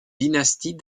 dynastie